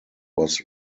was